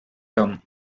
term